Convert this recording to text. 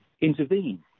intervene